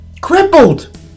crippled